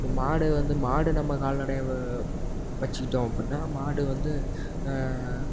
மாடு வந்து மாடு நம்ம கால்நடையாக வ வச்சுக்கிட்டோம் அப்படினா மாடு வந்து